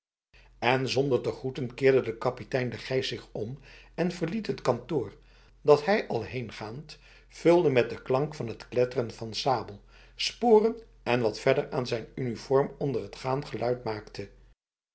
en zonder te groeten keerde de kapitein de grijs zich om en verliet het kantoor dat hij al heengaand vulde met de klank van het kletteren van sabel sporen en wat verder aan zijn uniform onder het gaan geluid maakte